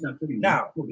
Now